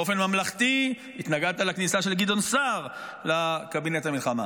באופן ממלכתי התנגדת לכניסה של גדעון סער לקבינט המלחמה.